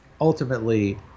ultimately